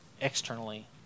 externally